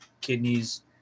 kidneys